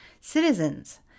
citizens